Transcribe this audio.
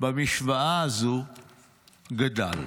במשוואה הזו גדל.